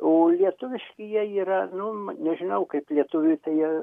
o lietuviški jie yra nu nežinau kaip lietuviui tai